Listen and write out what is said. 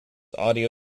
audio